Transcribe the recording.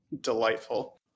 Delightful